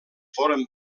foren